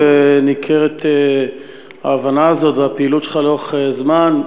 וניכרת ההבנה הזאת בפעילות שלך לאורך זמן.